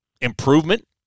improvement